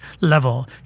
level